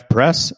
Press